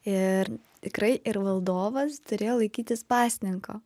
ir tikrai ir valdovas turėjo laikytis pasninko